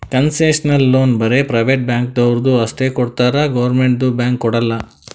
concessional loan ಬರೇ private ಬ್ಯಾಂಕ್ದವ್ರು ಅಷ್ಟೇ ಕೊಡ್ತಾರ್ ಗೌರ್ಮೆಂಟ್ದು ಬ್ಯಾಂಕ್ ಕೊಡಲ್ಲ